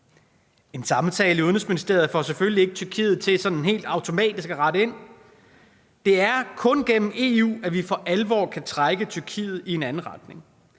En samtale i Udenrigsministeriet får selvfølgelig ikke Tyrkiet til sådan helt automatisk at rette ind. Det er kun gennem EU, at vi for alvor kan trække Tyrkiet i en anden retning.